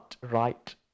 right